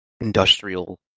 industrial